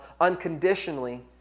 unconditionally